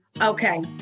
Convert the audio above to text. Okay